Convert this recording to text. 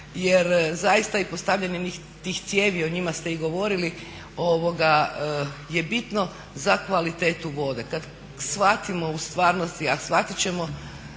jer zaista i postavljanje tih cijevi, o njima ste i govorili je bitno za kvalitetu vodu. Kad shvatimo u stvarnosti, a shvatit ćemo